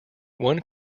one